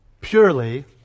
purely